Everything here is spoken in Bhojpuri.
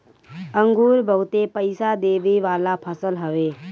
अंगूर बहुते पईसा देवे वाला फसल हवे